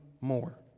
more